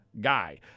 guy